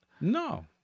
no